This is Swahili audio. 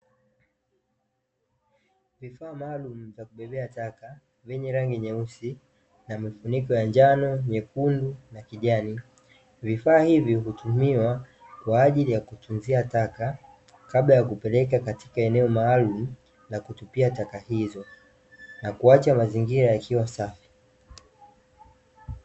Vifaa maalumu vya kubebea taka vyenye rangi nyeusi na mifuniko ya njano, nyekundu na kijani. Vifaa hivi hutumiwa kwa ajili ya kutunzia taka kabla ya kupeleka katika eneo maalumu la kutupia taka hizo na kuacha mazingira yakiwa safi.